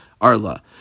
arla